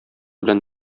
белән